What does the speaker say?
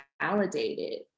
validated